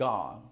God